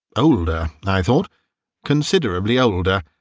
older, i thought considerably older,